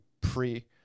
pre